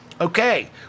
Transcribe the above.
okay